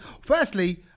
Firstly